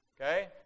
okay